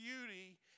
beauty